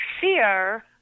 fear